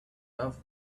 have